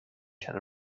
can